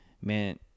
man